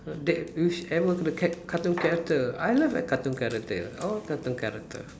that whichever the cat~ cartoon character I love that character all cartoon character